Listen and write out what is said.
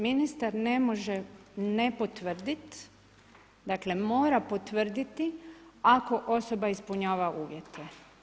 Ministar ne može ne potvrdit, dakle mora potvrditi ako osoba ispunjava uvjete.